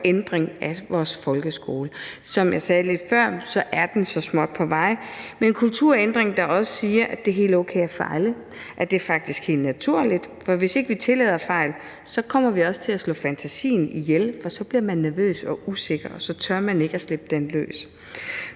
kulturændring af vores folkeskole. Som jeg sagde før, er den så småt på vej. Det er en kulturændring, der også siger, at det er helt okay at fejle, og at det faktisk er helt naturligt, for hvis vi ikke tillader fejl, kommer vi også til slå fantasien ihjel, og så bliver man nervøs og usikker, og så tør man ikke at slippe den løs.